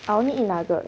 I only eat nugget